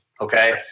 Okay